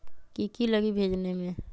की की लगी भेजने में?